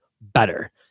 better